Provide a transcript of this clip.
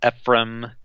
Ephraim